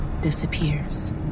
disappears